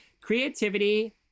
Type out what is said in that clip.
creativity